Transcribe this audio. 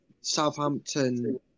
Southampton